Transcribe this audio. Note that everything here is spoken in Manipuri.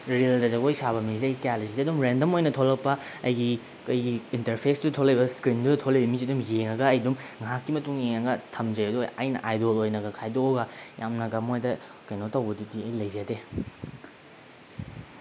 ꯔꯤꯜꯗ ꯖꯒꯣꯏ ꯁꯥꯕ ꯃꯤꯁꯤꯗꯤ ꯑꯩ ꯀꯌꯥ ꯂꯩꯖꯗꯦ ꯔꯦꯟꯗꯝ ꯑꯣꯏꯅ ꯊꯣꯛꯂꯛꯄ ꯑꯩꯒꯤ ꯑꯩꯈꯣꯏꯒꯤ ꯏꯟꯇꯔꯐꯦꯁꯇꯨꯗ ꯊꯣꯛꯂꯛꯏꯕ ꯏꯁꯀ꯭ꯔꯤꯟꯗꯨꯗ ꯊꯣꯛꯂꯛꯏꯕ ꯃꯤꯁꯦ ꯑꯗꯨꯝ ꯌꯦꯡꯉꯒ ꯑꯩ ꯑꯗꯨꯝ ꯉꯥꯏꯍꯥꯛꯀꯤ ꯃꯇꯨꯡ ꯌꯦꯡꯉꯒ ꯊꯝꯖꯩꯌꯦꯕ ꯑꯗꯨꯒ ꯑꯩꯅ ꯑꯥꯏꯗꯣꯜ ꯑꯣꯏꯅꯒ ꯈꯥꯏꯗꯣꯛꯑꯒ ꯌꯥꯝꯅꯒ ꯃꯣꯏꯗ ꯀꯩꯅꯣ ꯇꯧꯕꯗꯨꯗꯤ ꯑꯩ ꯂꯩꯖꯗꯦ